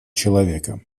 человека